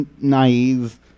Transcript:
naive